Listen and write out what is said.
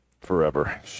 forever